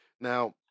Now